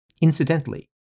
Incidentally